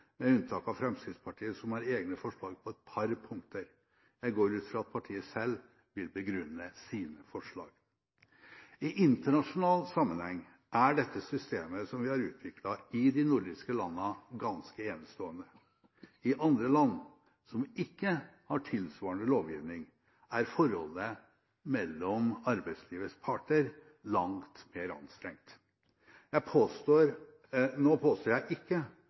med unntak av Fremskrittspartiet, som har egne forslag på et par punkter. Jeg går ut fra at partiet selv vil begrunne sine forslag. I internasjonal sammenheng er det systemet vi har utviklet i de nordiske landene, ganske enestående. I andre land som ikke har tilsvarende lovgivning, er forholdet mellom arbeidslivets parter langt mer anstrengt. Nå påstår jeg ikke